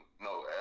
No